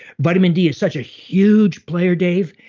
vitamin d is such a huge player, dave,